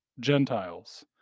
Gentiles